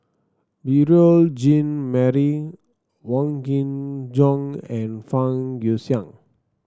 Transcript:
Beurel Jean Marie Wong Kin Jong and Fang Guixiang